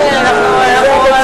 אין על זה ויכוח.